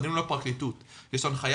פנינו לפרקליטות, יש הנחיה